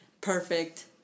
perfect